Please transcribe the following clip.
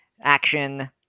action